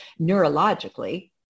neurologically